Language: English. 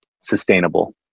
sustainable